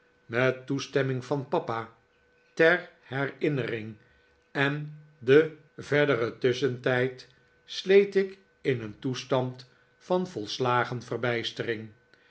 met toestemming van papa ter herinnering en den verderen tusschentijd sleet ik in een toestand van volslagen verbijstering